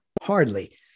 Hardly